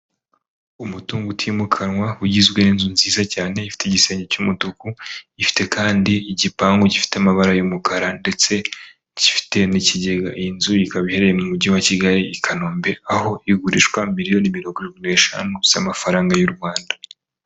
Umutungo utimukanwa ugizwe n'inzu nziza cyane ifite igisenge cy'umutuku, ifite kandi igipangu gifite amabara y'umukara, ndetse gifite n'ikigega. Iyi nzu ikaba iherereye mu Mujyi wa Kigali i Kanombe, aho igurishwa miliyoni mirongorindwi n'eshanu z'amafaranga y'u Rwanda.